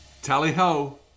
Tally-ho